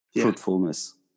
fruitfulness